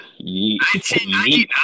1999